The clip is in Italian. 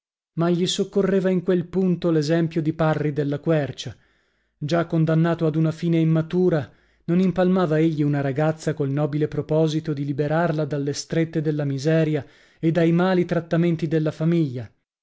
ma gli soccorreva in quel punto l'esempio di parri della quercia già condannato ad una fine immatura non impalmava egli una ragazza col nobile proposito di liberarla dalle strette della miseria e dai mali trattamenti della famiglia